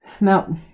now